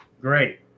Great